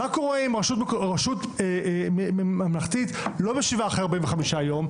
מה קורה אם רשות ממלכתית לא משיבה אחרי 45 יום?